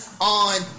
on